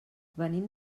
venim